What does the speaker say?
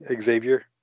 xavier